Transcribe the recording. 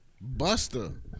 Buster